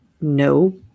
no